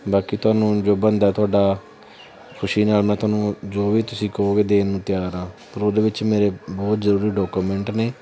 ਬਾਕੀ ਤੁਹਾਨੂੰ ਜੋ ਬਣਦਾ ਤੁਹਾਡਾ ਖੁਸ਼ੀ ਨਾਲ ਮੈਂ ਤੁਹਾਨੂੰ ਜੋ ਵੀ ਤੁਸੀਂ ਕਹੋਗੇ ਦੇਣ ਨੂੰ ਤਿਆਰ ਹਾਂ ਪਰ ਉਹਦੇ ਵਿੱਚ ਮੇਰੇ ਬਹੁਤ ਜ਼ਰੂਰੀ ਡਾਕੂਮੈਂਟ ਨੇ